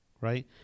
right